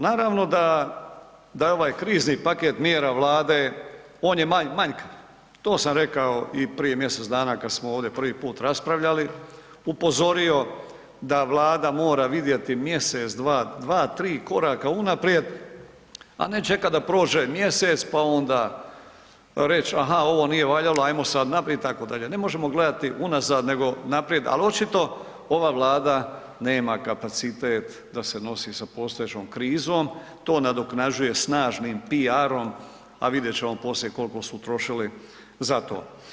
Naravno da, da je ovaj krizni paket mjera Vlade, on je manjkav, to sam rekao i prije mjesec dana kad smo ovdje prvi put raspravljali, upozorio da Vlada mora vidjeti mjesec, dva, 2-3 koraka unaprijed, a ne čekat da prođe mjesec, pa onda reć aha ovo nije valjalo, ajmo sad naprijed itd., ne možemo gledati unazad nego naprijed, al očito ova Vlada nema kapacitet da se nosi sa postojećom krizom, to nadoknađuje snažnim piarom, a vidjet ćemo poslije kolko su utrošili za to.